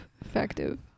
effective